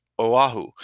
Oahu